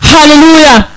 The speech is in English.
Hallelujah